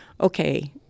Okay